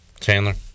Chandler